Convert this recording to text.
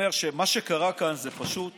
שמה שקרה כאן הוא פשוט